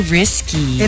risky